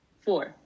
four